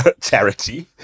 charity